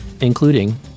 including